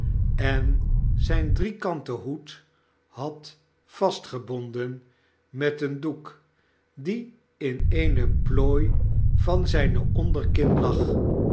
en zijn driekanten hoed had vastgebonden met een doek die in eene plooi van zijne onderkin lag